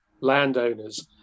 landowners